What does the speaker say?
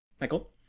Michael